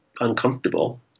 uncomfortable